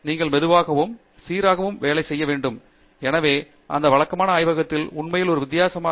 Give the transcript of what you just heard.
நீங்கள் மெதுவாகவும் சீராகவும் வேலை செய்ய வேண்டும் எனவே அந்த வழக்கமான ஆய்வகத்தில் உண்மையில் ஒரு வித்தியாசமாக